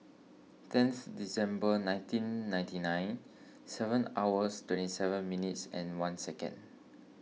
tenth December nineteen ninety nine seven hours twenty seven minutes and one second